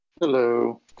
Hello